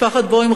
משפחת בוים,